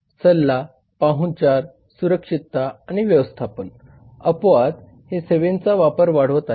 सल्ला पाहुणचार सुरक्षितता आणि व्यवस्थापन अपवाद हे सेवेंचा वापर वाढवत आहेत